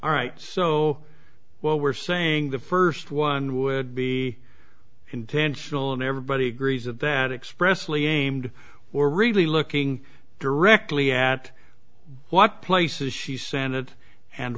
all right so while we're saying the first one would be intentional and everybody agrees of that expressively aimed we're really looking directly at what places she sanath and